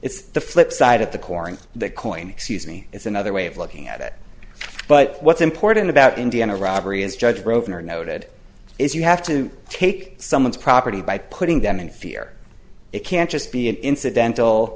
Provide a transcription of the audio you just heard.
it's the flip side at the core of the coin excuse me it's another way of looking at it but what's important about indiana robbery is judge grosvenor noted is you have to take someone's property by putting them in fear it can't just be an incidental